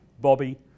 Bobby